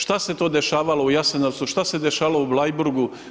Šta se to dešavalo u Jasenovcu, šta se dešavalo u Bleiburgu?